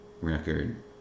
record